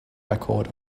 record